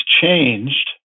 changed